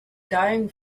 dying